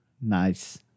Nice